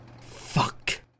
Fuck